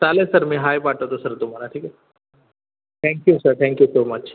चालेल सर मी हाय पाठवतो सर तुम्हाला ठीक आहे thank you sir thank you so much